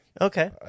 Okay